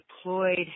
deployed